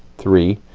three,